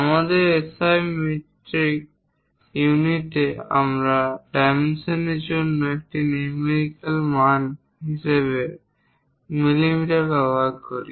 আমাদের SI metric ইউনিটগুলিতে আমরা ডাইমেনশনর জন্য একটি নিউমেরিক্যাল মান হিসাবে mm ব্যবহার করি